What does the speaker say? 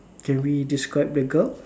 can we describe the girl